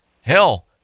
hell